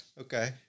Okay